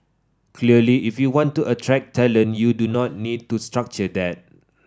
clearly if you want to attract talent you do need to structure that